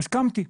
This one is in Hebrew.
אז קמתי.